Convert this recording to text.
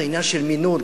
זה עניין של מינון,